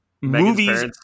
Movies